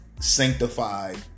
sanctified